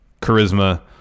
charisma